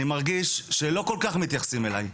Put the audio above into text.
אני מרגיש שלא כל כך מתייחסים אליי.